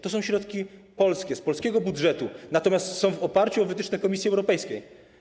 To są środki polskie, z polskiego budżetu, natomiast są oparte na wytycznych Komisji Europejskiej.